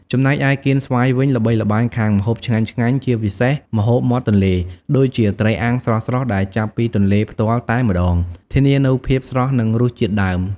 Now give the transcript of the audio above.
ចំណែកឯកៀនស្វាយវិញ ល្បីល្បាញខាងម្ហូបឆ្ងាញ់ៗជាពិសេសម្ហូបមាត់ទន្លេ ដូចជា ត្រីអាំង ស្រស់ៗដែលចាប់ពីទន្លេផ្ទាល់តែម្ដង ធានានូវភាពស្រស់និងរសជាតិដើម។